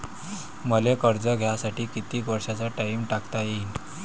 मले कर्ज घ्यासाठी कितीक वर्षाचा टाइम टाकता येईन?